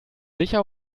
sicher